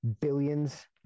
billions